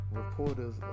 reporters